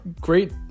great